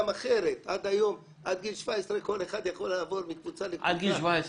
עד גיל 17 כל אחד יכול היה לעבור מקבוצה לקבוצה.